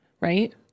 right